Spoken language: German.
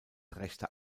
rechter